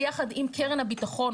ביחד עם קרן הביטחון,